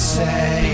say